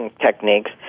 techniques